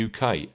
UK